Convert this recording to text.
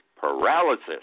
paralysis